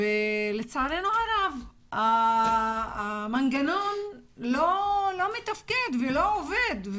לצערנו הרב המנגנון לא מתפקד ולא עובד,